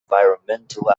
environmental